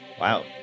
Wow